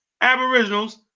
Aboriginals